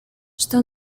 что